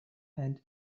and